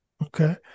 Okay